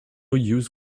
use